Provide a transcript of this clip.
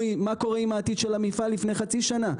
מה קורה עם עתיד המפעל לפני חצי שנה,